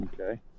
Okay